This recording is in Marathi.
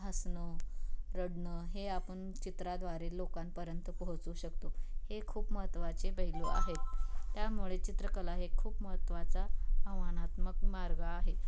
हसणं रडणं हे आपण चित्राद्वारे लोकांपर्यंत पोहोचू शकतो हे खूप महत्त्वाचे पैलू आहेत त्यामुळे चित्रकला हे खूप महत्त्वाचा आव्हानात्मक मार्ग आहे